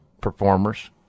performers